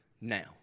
now